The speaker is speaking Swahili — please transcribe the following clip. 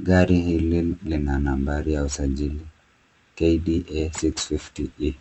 Gari hili lina nambari ya usajili KDA 650E.